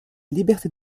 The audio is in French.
liberté